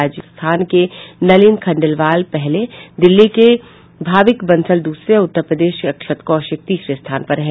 राजस्थान के नलिन खंडेलवाल पहले दिल्ली के भाविक बंसल दूसरे और उत्तर प्रदेश के अक्षत कौशिक तीसरे स्थान पर रहे